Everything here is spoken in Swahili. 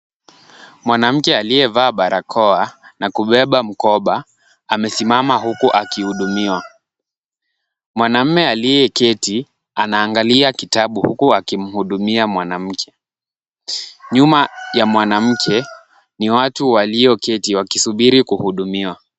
Mwanamke aliyevaa barakoa na kubeba mkoba, amesimama huku akihudumiwa. Mwanaume aliyeketi, anaangalia kitabu huku akimhudumia mwanamke. Nyuma ya mwanamke ni watu walio keti wakisubiri kuhudumiwa.